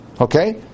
Okay